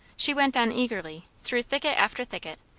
she went on eagerly, through thicket after thicket,